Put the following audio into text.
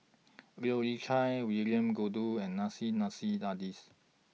Leu Yew Chye William Goode and Nissim Nassim Adis